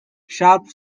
sharp